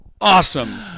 awesome